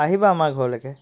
আহিবা আমাৰ ঘৰলৈকে